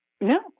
No